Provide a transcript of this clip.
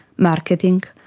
marketing,